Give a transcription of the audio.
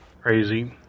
crazy